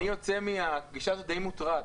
אני יוצא מהפגישה הזאת די מוטרד,